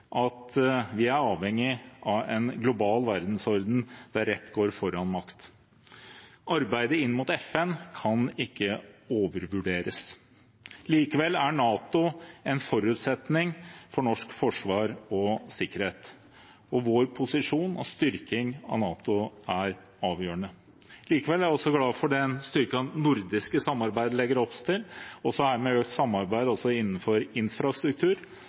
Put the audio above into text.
av en global verdensorden der rett går foran makt. Arbeidet inn mot FN kan ikke overvurderes. Likevel er NATO en forutsetning for norsk forsvar og sikkerhet, og vår posisjon i og styrking av NATO er avgjørende. Likevel er vi også glade for det styrkede nordiske samarbeidet det legges opp til, med økt samarbeid innenfor infrastruktur.